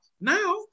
Now